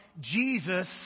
Jesus